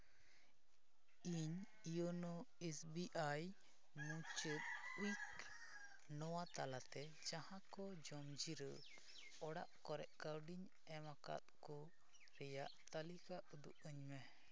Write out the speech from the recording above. ᱤᱧ YONO S B I ᱢᱩᱪᱟᱹᱫᱽ ᱩᱭᱤᱠ ᱱᱚᱣᱟ ᱛᱟᱞᱟᱛᱮ ᱡᱟᱦᱟᱸ ᱠᱚ ᱡᱚᱢ ᱡᱤᱨᱟᱹᱣ ᱚᱲᱟᱜ ᱠᱚᱨᱮᱫ ᱠᱟᱹᱣᱰᱤᱧ ᱮᱢᱟᱠᱟᱫ ᱠᱚ ᱨᱮᱭᱟᱜ ᱛᱟᱹᱞᱤᱠᱟ ᱩᱫᱩᱜ ᱟᱹᱧ ᱢᱮ